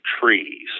trees